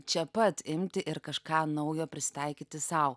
čia pat imti ir kažką naujo prisitaikyti sau